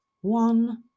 one